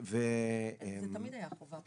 זה תמיד היה חובה,